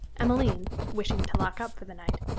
emmeline, wishing to lock up for the night,